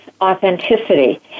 authenticity